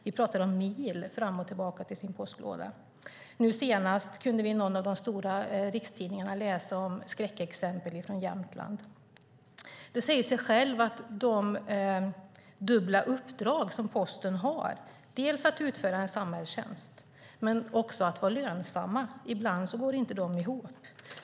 Vi pratar om mil fram och tillbaka till sin postlåda. Senast kunde vi i någon av de stora rikstidningarna läsa om skräckexempel från Jämtland. Det säger sig självt att de dubbla uppdrag som Posten har, dels att utföra en samhällstjänst, dels att vara lönsam, ibland inte går ihop.